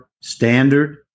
standard